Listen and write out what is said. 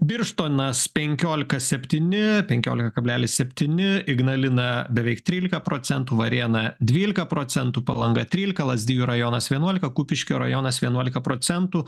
birštonas penkiolika septyni penkiolika kablelis septyni ignalina beveik trylika procentų varėna dvylika procentų palanga trylika lazdijų rajonas vienuolika kupiškio rajonas vienuolika procentų